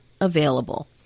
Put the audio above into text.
available